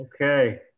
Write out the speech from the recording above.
Okay